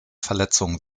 verletzung